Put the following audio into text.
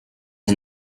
and